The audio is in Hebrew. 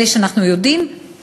אלה שאנחנו יודעים,